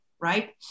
right